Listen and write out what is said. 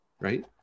right